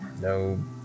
no